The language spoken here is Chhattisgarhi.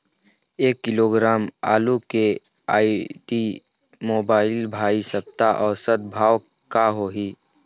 एक किलोग्राम आलू के आईडी, मोबाइल, भाई सप्ता औसत भाव का होही?